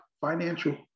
financial